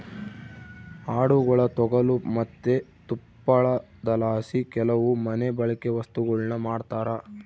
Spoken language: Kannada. ಆಡುಗುಳ ತೊಗಲು ಮತ್ತೆ ತುಪ್ಪಳದಲಾಸಿ ಕೆಲವು ಮನೆಬಳ್ಕೆ ವಸ್ತುಗುಳ್ನ ಮಾಡ್ತರ